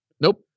Nope